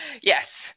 Yes